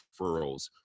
referrals